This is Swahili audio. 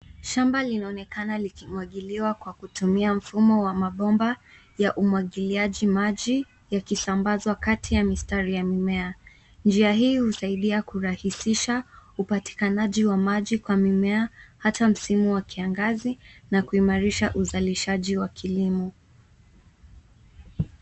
Shamba linaonekana likimwagiliwa kwa kutumia mfumo wa mabomba ya umwagiliaji maji yakisambazwa kati ya mistari ya mimea. Njia hii husaidia kurahisisha upatikanaji wa maji kwa mimea hata msimu wa kiangazi na kuimarisha uzalishaji wa kilimo.